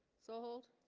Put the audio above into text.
so hold